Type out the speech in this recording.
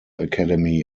academy